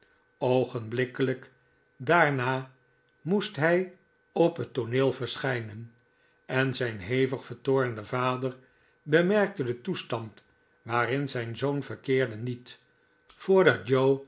oogenblikkelijk daarna moest hij op het tooneel verschijnen en zijn hevig vertoornde vader bemerkte den toestand waarin zijn zoon verkeerde niet voordat joe